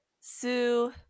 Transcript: Sue